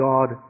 God